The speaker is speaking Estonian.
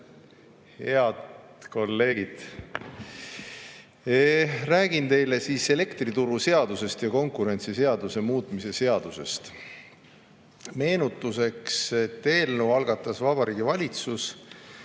Head kolleegid! Räägin teile elektrituruseaduse ja konkurentsiseaduse muutmise seaduse eelnõust. Meenutuseks, et eelnõu algatas Vabariigi Valitsus